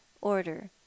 order